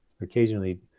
occasionally